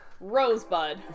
Rosebud